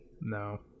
no